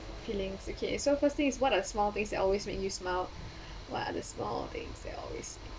feelings okay so first thing is what a small things that always make you smile what other small things that always make